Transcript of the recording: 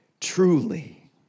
truly